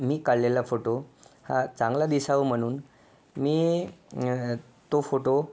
मी काढलेला फोटो हा चांगला दिसावा म्हणून मी तो फोटो